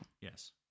Yes